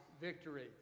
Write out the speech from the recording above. Victory